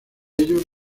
ellos